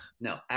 no